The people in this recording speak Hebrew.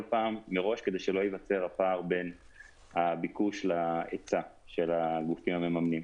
פעם מראש כדי שלא ייווצר הפער בין הביקוש להיצע של הגופים המממנים.